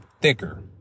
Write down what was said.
thicker